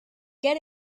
get